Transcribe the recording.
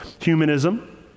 humanism